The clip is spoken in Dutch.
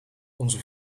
onze